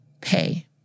pay